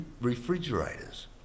refrigerators